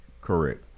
correct